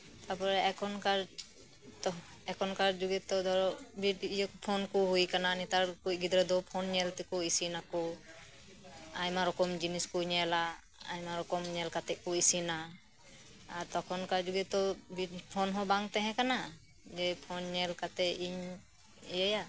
ᱛᱟᱯᱚᱨᱮ ᱮᱠᱷᱚᱱᱠᱟᱨ ᱛᱚ ᱮᱠᱷᱚᱱ ᱠᱟᱨ ᱡᱩᱜᱮ ᱛᱚ ᱫᱷᱚᱨᱚ ᱵᱤᱨ ᱛ ᱯᱷᱳᱱᱠᱚ ᱦᱳᱭ ᱟᱠᱟᱱᱟ ᱱᱮᱛᱟᱨᱠᱷᱚᱱ ᱜᱤᱫᱽᱨᱟᱹᱫᱚ ᱯᱷᱳᱱ ᱧᱮᱞᱛᱮᱠᱚ ᱤᱥᱤᱱ ᱟᱠᱚ ᱟᱭᱢᱟ ᱨᱚᱠᱚᱢ ᱡᱤᱱᱤᱥᱠᱩ ᱧᱮᱞᱟ ᱟᱭᱢᱟ ᱨᱚᱠᱚᱢ ᱧᱮᱞ ᱠᱟᱛᱮᱫ ᱠᱚ ᱤᱥᱤᱱᱟ ᱟᱨ ᱛᱚᱠᱷᱚᱱᱠᱟᱨ ᱡᱩᱜᱮᱛᱚ ᱯᱷᱚᱱᱦᱚᱸ ᱵᱟᱝᱛᱟᱦᱮᱸ ᱠᱟᱱᱟ ᱡᱮ ᱯᱷᱳᱱᱧᱮᱞ ᱠᱟᱛᱮᱫ ᱤᱧ ᱤᱭᱟᱹᱭᱟ